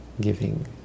giving